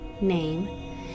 name